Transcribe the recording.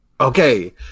okay